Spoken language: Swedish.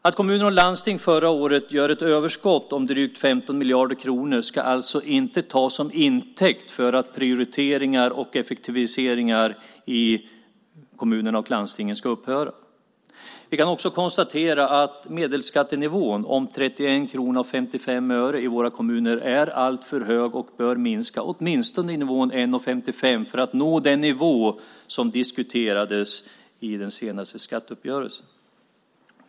Att kommuner och landsting förra året gjorde ett överskott på drygt 15 miljarder kronor ska alltså inte tas till intäkt för att prioriteringar och effektiviseringar i kommunerna och landstingen ska upphöra. Vi kan också konstatera att medelskattenivån om 31 kronor och 55 öre i våra kommuner är alltför hög och bör minska, åtminstone på nivån 1:55 för att nå den nivå som diskuterades i den senaste skatteuppgörelsen.